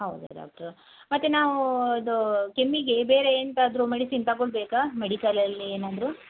ಹೌದಾ ಡಾಕ್ಟ್ರ್ ಮತ್ತೆ ನಾವು ಇದು ಕೆಮ್ಮಿಗೆ ಬೇರೆ ಎಂತಾದರು ಮೆಡಿಸಿನ್ ತಗೊಳ್ಬೇಕಾ ಮೆಡಿಕಲಲ್ಲಿ ಏನಾದರು